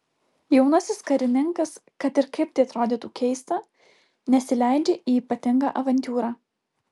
jaunasis karininkas kad ir kaip tai atrodytų keista nesileidžia į ypatingą avantiūrą